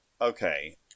Okay